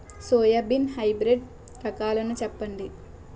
Soybean hybrid రకాలను చెప్పండి?